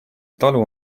talu